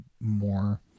more